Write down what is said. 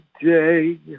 day